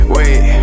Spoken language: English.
Wait